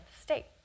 State